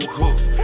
hooks